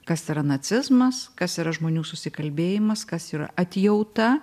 kas yra nacizmas kas yra žmonių susikalbėjimas kas yra atjauta